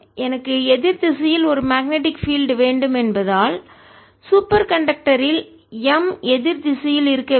எனக்கு எதிர் திசையில் ஒரு மேக்னெட்டிக் பீல்டு வேண்டும் என்பதால் சூப்பர் கண்டக்டரில் M எதிர் திசையில் இருக்க வேண்டும்